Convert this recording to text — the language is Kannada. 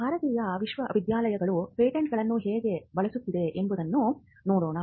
ಭಾರತೀಯ ವಿಶ್ವವಿದ್ಯಾಲಯಗಳು ಪೇಟೆಂಟ್ಗಳನ್ನು ಹೇಗೆ ಬಳಸುತ್ತಿವೆ ಎಂಬುದನ್ನು ನೋಡೋಣ